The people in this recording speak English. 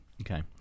okay